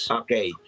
okay